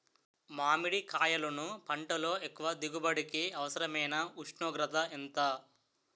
మామిడికాయలును పంటలో ఎక్కువ దిగుబడికి అవసరమైన ఉష్ణోగ్రత ఎంత?